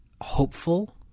hopeful